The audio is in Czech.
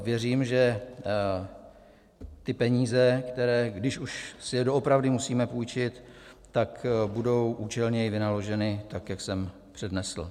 Věřím, že ty peníze, které, když už si je doopravdy musíme půjčit, tak budou účelněji vynaloženy, tak jak jsem přednesl.